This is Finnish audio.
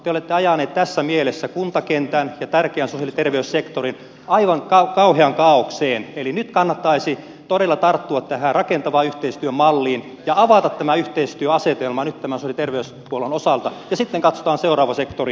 te olette ajaneet tässä mielessä kuntakentän ja tärkeän sosiaali ja terveyssektorin aivan kauheaan kaaokseen eli nyt kannattaisi todella tarttua tähän rakentavan yhteistyön malliin ja avata tämä yhteistyöasetelma nyt tämän sosiaali ja terveyshuollon osalta ja sitten katsotaan seuraava sektori tämän jälkeen